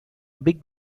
big